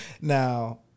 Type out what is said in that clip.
Now